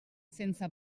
sense